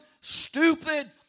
stupid